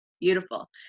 beautiful